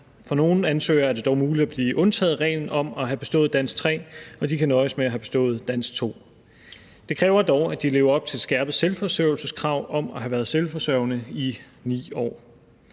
For nogle ansøgere er det dog muligt at blive undtaget for reglen om at have bestået Dansk 3, og de kan nøjes med at have bestået Dansk 2. Det kræver dog, at de lever op til et skærpet selvforsørgelseskrav om at have været selvforsørgende i 9 år.